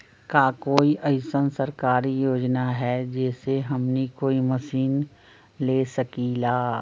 का कोई अइसन सरकारी योजना है जै से हमनी कोई मशीन ले सकीं ला?